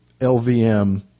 LVM